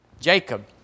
Jacob